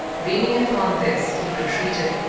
leaning upon this he retreated,